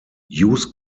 use